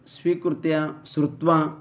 स्वीकृत्य श्रुत्वा